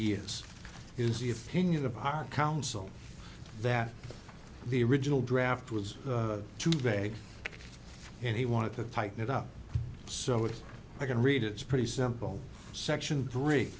years is your opinion of our council that the original draft was too bad and he wanted to tighten it up so if i can read it it's pretty simple section three